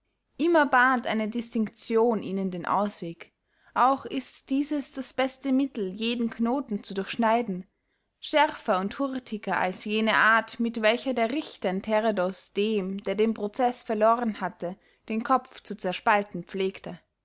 immer bahnt eine distinction ihnen den ausweg auch ist dieses das beste mittel jeden knoten zu durchschneiden schärfer und hurtiger als jene art mit welcher der richter in teredos dem der den proceß verlohren hatte den kopf zu zerspalten pflegte